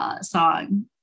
song